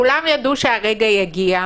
כולם ידעו שהסגר יגיע,